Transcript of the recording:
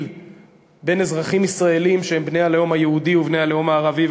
בין אזרחים ישראלים שהם בני הלאום היהודי לבני הלאום הערבי.